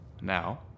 Now